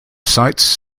sites